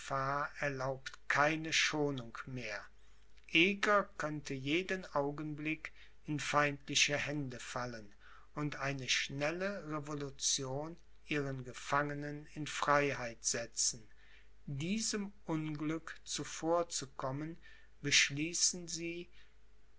erlaubt keine schonung mehr eger konnte jeden augenblick in feindliche hände fallen und eine schnelle revolution ihren gefangenen in freiheit setzen diesem unglück zuvorzukommen beschließen sie